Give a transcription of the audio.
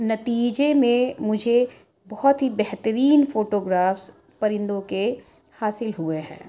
نتیجے میں مجھے بہت ہی بہترین فوٹوگرافس پرندوں کے حاصل ہوئے ہیں